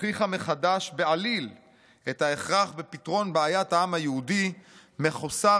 הוכיחה מחדש בעליל את ההכרח בפתרון בעיית העם היהודי מחוסר